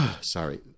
sorry